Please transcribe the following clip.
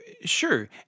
Sure